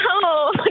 No